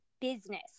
business